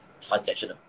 transactional